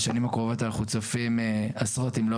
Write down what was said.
בשנים הקרובות אנחנו צופים עשרות אם לא